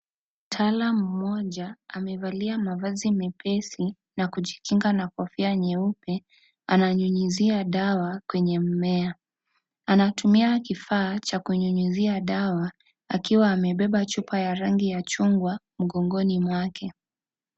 Mtaalamu mmoja amevalia mavazi mepesi na kujikinga na kofia nyeupe, ananyunyizia dawa kwenye mmea, anatumia kifaa cha kunyunyizia dawa akiwa amebeba chupa ya rangi ya chungwa mgongoni mwamake.